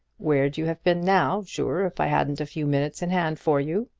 where'd you have been now, zure, if i hadn't a few minutes in hand for you?